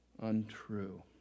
Untrue